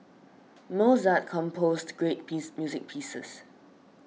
Mozart composed great piece music pieces